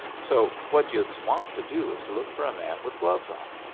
so what youse want to do is to look for a man with gloves on.